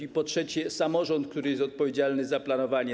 I po trzecie, samorząd, który jest odpowiedzialny za planowanie.